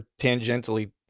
tangentially